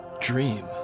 dream